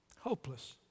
Hopeless